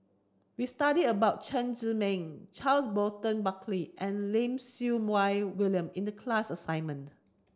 we studied about Chen Zhiming Charles Burton Buckley and Lim Siew Wai William in the class assignment